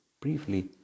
briefly